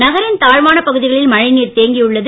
நகரின் தாழ்வான பகுதிகளில் மழைநீர் தேங்கியுள்ளது